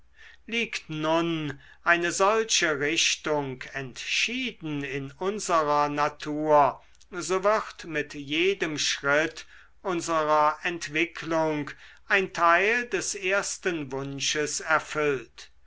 liegt nun eine solche richtung entschieden in unserer natur so wird mit jedem schritt unserer entwickelung ein teil des ersten wunsches erfüllt